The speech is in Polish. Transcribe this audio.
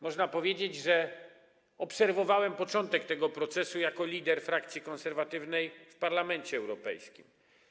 Można powiedzieć, że obserwowałem początek tego procesu jako lider frakcji konserwatywnej w Parlamencie Europejskim.